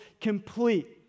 complete